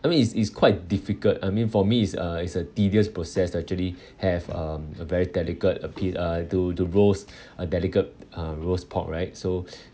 I mean it's it's quite difficult I mean for me is a is a tedious process actually have um a very delicate appeared uh to to roast a delicate uh roast pork right so